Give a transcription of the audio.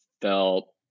felt